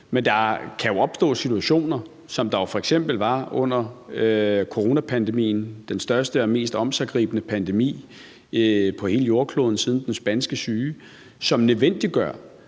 Men der kan jo opstå situationer, som der f.eks. gjorde under coronapandemien – den største og mest omsiggribende pandemi på hele jordkloden siden den spanske syge – som nødvendiggør,